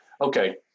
Okay